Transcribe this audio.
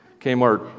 Kmart